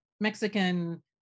Mexican